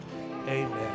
amen